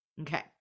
Okay